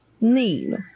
need